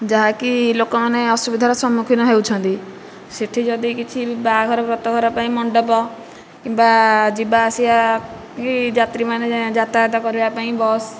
ଯାହାକି ଲୋକମାନେ ଅସୁବିଧାର ସମ୍ମୁଖୀନ ହେଉଛନ୍ତି ସେଇଠି ଯଦି କିଛି ବାହାଘର ବ୍ରତଘର ପାଇଁ ମଣ୍ଡପ କିମ୍ବା ଯିବାଆସିବା ବି ଯାତ୍ରୀମାନେ ଯାତାୟାତ କରିବା ପାଇଁ ବସ୍